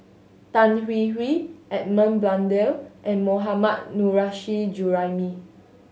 Tan Hwee Hwee Edmund Blundell and Mohammad Nurrasyid Juraimi